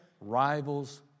rivals